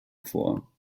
vor